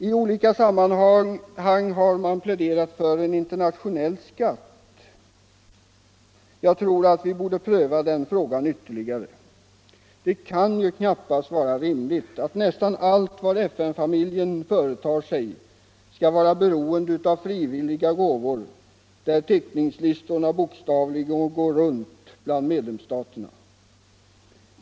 I olika sammanhang har man pläderat för en internationell skatt. Jag tror att vi borde pröva den frågan ytterligare. Det kan ju knappast vara rimligt att nästan allt vad FN-familjen företar sig skall vara beroende av frivilliga gåvor, där teckningslistorna bokstavligen går runt bland medlemsstaterna.